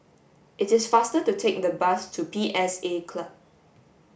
it is faster to take the bus to P S A Club